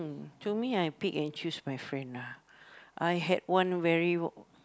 to me I pick and choose my friend ah I had one very